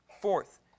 Fourth